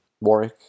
Warwick